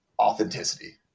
authenticity